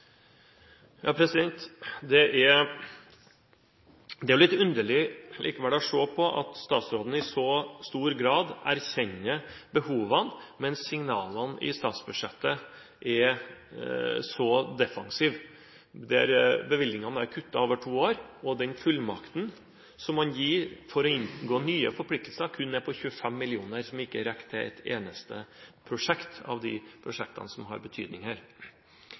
Det er litt underlig å se på at statsråden i så stor grad erkjenner behovene, mens signalene i statsbudsjettet er så defensive. Bevilgningene er der kuttet over to år, og den fullmakten som man gir for å inngå nye forpliktelser, er på kun 25 mill. kr, som ikke rekker til et eneste av de prosjektene som har betydning her.